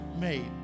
made